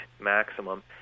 maximum